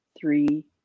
three